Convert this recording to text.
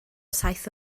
saith